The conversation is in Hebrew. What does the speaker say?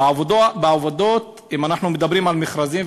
אם אנחנו מדברים על מכרזים,